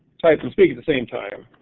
type and speak at the same time.